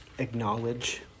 acknowledge